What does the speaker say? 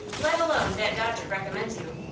let alone that dodger recommends you.